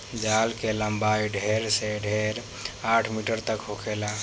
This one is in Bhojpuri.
जाल के लम्बाई ढेर से ढेर आठ मीटर तक होखेला